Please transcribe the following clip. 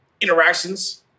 interactions